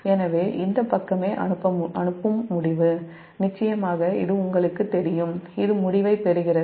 எனவே இந்த பக்கமே அனுப்பும் முடிவு நிச்சயமாக இது உங்களுக்குத் தெரியும் இது முடிவைப் பெறுகிறது